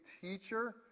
teacher